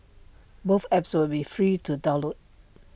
both apps will be free to download